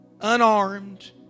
Unarmed